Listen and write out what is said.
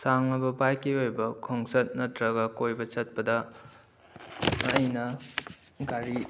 ꯁꯥꯡꯂꯕ ꯕꯥꯏꯛꯀꯤ ꯑꯣꯏꯕ ꯈꯣꯡꯆꯠ ꯅꯠꯇ꯭ꯔꯒ ꯀꯣꯏꯕ ꯆꯠꯄꯗ ꯑꯩꯅ ꯒꯥꯔꯤ